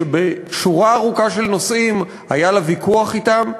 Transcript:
שבשורה ארוכה של נושאים היה לה ויכוח אתם,